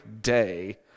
day